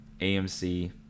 AMC